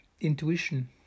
intuition